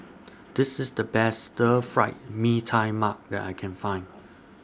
This IS The Best Stir Fried Mee Tai Mak that I Can Find